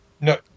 No